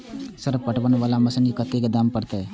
Sir पटवन वाला machine के कतेक दाम परतें?